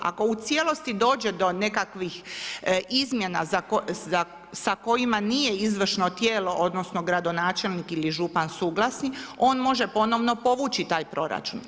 Ako u cijelosti dođe do nekakvih izmjena sa kojima nije izvršno tijelo, odnosno gradonačelnik ili župan suglasni on može ponovno povući taj proračun.